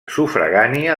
sufragània